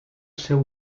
seu